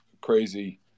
crazy